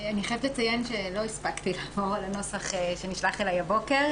אני חייבת לציין שלא הספקתי לעבור על הנוסח שנשלח אליי הבוקר.